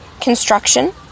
construction